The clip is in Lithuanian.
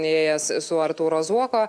ėjęs su artūro zuoko